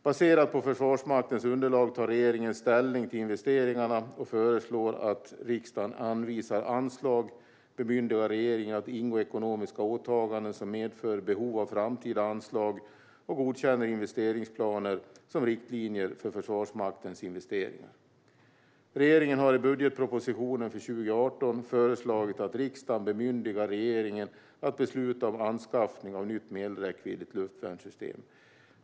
Baserat på Försvarsmaktens underlag tar regeringen ställning till investeringarna och föreslår att riksdagen anvisar anslag, bemyndigar regeringen att ingå ekonomiska åtaganden som medför behov av framtida anslag och godkänner investeringsplaner som riktlinjer för Försvarsmaktens investeringar. Regeringen har i budgetpropositionen för 2018 föreslagit att riksdagen bemyndigar regeringen att besluta om anskaffning av nytt medelräckviddigt luftvärnssystem.